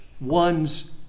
one's